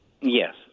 Yes